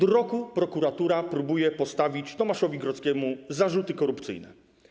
Od roku prokuratura próbuje postawić Tomaszowi Grodzkiemu zarzuty korupcyjne.